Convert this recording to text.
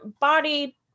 body